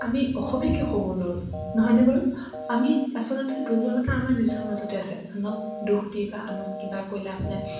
আমি অসমীয়া কিয় ক'ব নোৱাৰোঁ নহয়নে বাৰু আমি আচলতে দুৰ্বলতা আমাৰ নিজৰ মাজতে আছে আনক দোষ দি বা আনক কিবা কৈ লাভ নাই